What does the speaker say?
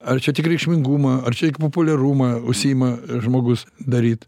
ar čia tik reikšmingumą ar čia tik populiarumą užsiima žmogus daryt